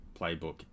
playbook